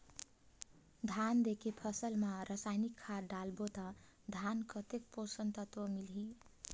धान देंके फसल मा रसायनिक खाद डालबो ता धान कतेक पोषक तत्व मिलही?